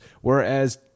whereas